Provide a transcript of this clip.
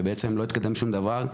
ובעצם לא התקדם שום דבר.